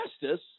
justice